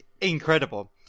incredible